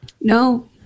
no